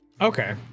Okay